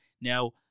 now